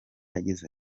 yagize